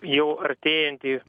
jau artėjantį